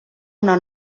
una